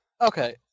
Okay